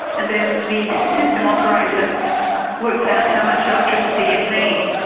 and then the system operator works out how much electricity it needs,